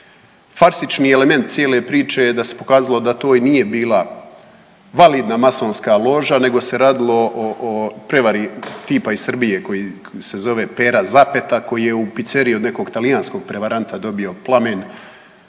Farsični element cijele priče je da se pokazalo da to i nije bila validna masonska loža nego se radilo o prevari tipa iz Srbije koji se zove Pera Zapeta koji je u piceriji od nekog talijanskog prevaranta dobio plamen